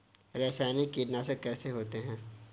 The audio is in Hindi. रासायनिक कीटनाशक कैसे होते हैं?